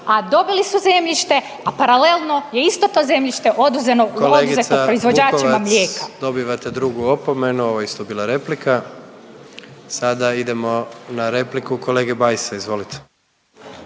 dobili su zemljište, a paralelno je isto to zemljište oduzeto proizvođačima mlijeka. **Jandroković, Gordan (HDZ)** Kolegice Vukovac, dobivate drugu opomenu, ovo je isto bila replika. Sada idemo na repliku kolege Bajsa, izvolite.